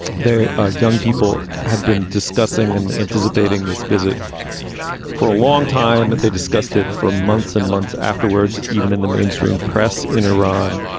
ah young people had been discussing and anticipating this visit for a long time. but they discussed it for months and months afterwards, even in the mainstream press in iran.